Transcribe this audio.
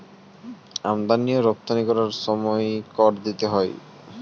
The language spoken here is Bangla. আমদানি ও রপ্তানি করার সময় কর দিতে হয়